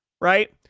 right